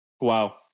Wow